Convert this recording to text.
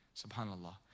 SubhanAllah